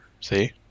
See